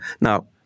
now